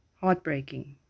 heartbreaking